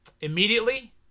immediately